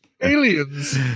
aliens